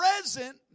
present